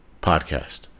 podcast